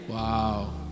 Wow